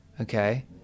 Okay